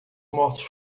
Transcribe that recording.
mortos